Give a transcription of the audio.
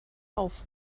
auf